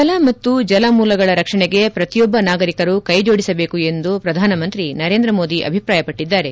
ಜಲ ಮತ್ತು ಜಲ ಮೂಲಗಳ ರಕ್ಷಣೆಗೆ ಪ್ರತಿಯೊಬ್ಬ ನಾಗರಿಕರು ಕೈ ಜೋಡಿಸಬೇಕು ಎಂದು ಪ್ರಧಾನಮಂತ್ರಿ ನರೇಂದ್ರ ಮೋದಿ ಅಭಿಪ್ರಾಯ ಪಟ್ಟಿದ್ದಾರೆ